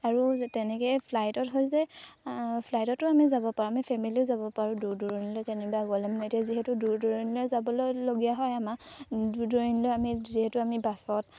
আৰু তেনেকৈ ফ্লাইটত হয় যে ফ্লাইটতো আমি যাব পাৰোঁ আমি ফেমিলিও যাব পাৰোঁ দূৰ দূৰণিলৈ কেনিবা গ'লে মানে এতিয়া যিহেতু দূৰ দূৰণিলৈ যাবলৈলগীয়া হয় আমাক দূৰ দূৰণিলৈ আমি যিহেতু আমি বাছত